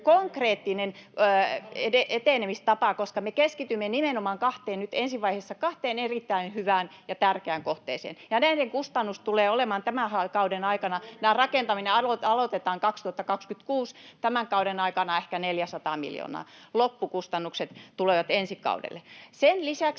konkreettinen etenemistapa, koska me keskitymme nimenomaan nyt ensi vaiheessa kahteen erittäin hyvään ja tärkeään kohteeseen, ja näiden kustannus tulee olemaan tämän kauden aikana — tämä rakentaminen aloitetaan 2026 — ehkä 400 miljoonaa. Loppukustannukset tulevat ensi kaudelle. Sen lisäksi